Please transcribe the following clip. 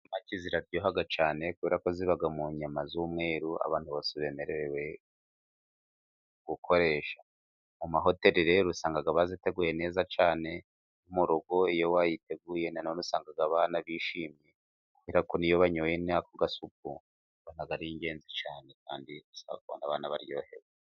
Isamaki ziraryoha cyane kubera ko ziba mu nyama z'umweru. Abantu bose bemerewe gukoresha mu mahoteli rero usanga baziteguye neza cyane, mu rugo iyo wayiteguye nanone usanga abana bishimye, kubera ko n'iyo banyoye nk'ako gasupu, ubona ari ingenzi cyane kandi abana baryohewe.